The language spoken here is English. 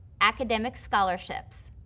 academic scholarships.